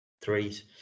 threes